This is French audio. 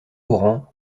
courant